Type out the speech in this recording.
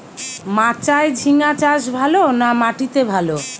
মাচায় ঝিঙ্গা চাষ ভালো না মাটিতে ভালো?